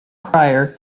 crier